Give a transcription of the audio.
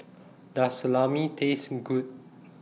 Does Salami Taste Good